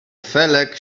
felek